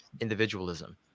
individualism